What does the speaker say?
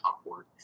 upward